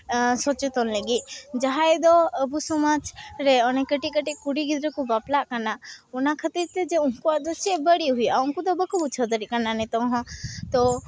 ᱥᱚᱪᱮᱛᱚᱱ ᱞᱟᱹᱜᱤᱫ ᱡᱟᱦᱟᱸᱭ ᱫᱚ ᱟᱵᱚ ᱥᱚᱢᱟᱡᱽ ᱨᱮ ᱚᱱᱮ ᱠᱟᱹᱴᱤᱡ ᱠᱟᱹᱴᱤᱡ ᱠᱩᱲᱤ ᱜᱤᱫᱽᱨᱟᱹ ᱠᱚ ᱵᱟᱯᱞᱟᱜ ᱠᱟᱱᱟ ᱚᱱᱟ ᱠᱷᱟᱹᱛᱤᱨ ᱛᱮ ᱩᱱᱠᱩᱣᱟᱜ ᱫᱚ ᱪᱮᱫ ᱵᱟᱹᱲᱤᱡ ᱦᱩᱭᱩᱜᱼᱟ ᱩᱱᱠᱩ ᱫᱚ ᱵᱟᱠᱚ ᱵᱩᱡᱷᱟᱹᱣ ᱫᱟᱲᱮᱭᱟᱜ ᱠᱟᱱᱟ ᱱᱤᱛᱚᱝ ᱦᱚᱸ ᱛᱳ